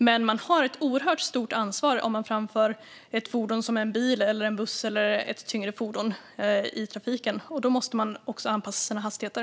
Man har dock ett oerhört stort ansvar om man framför ett fordon som en bil, en buss eller ett tyngre fordon i trafiken, och då måste man också anpassa sina hastigheter.